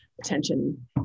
attention